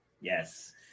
Yes